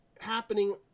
happening